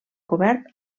cobert